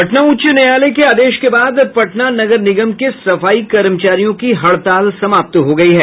पटना उच्च न्यायालय के आदेश के बाद पटना नगर निगम के सफाई कर्मचारियों की हड़ताल समाप्त हो गई है